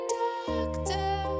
doctor